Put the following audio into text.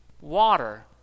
Water